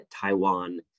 Taiwan